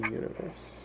universe